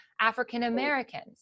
African-Americans